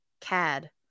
CAD